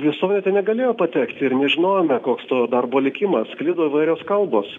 visuomenė ten negalėjo patekti ir nežinojome koks to darbo likimas sklido įvairios kalbos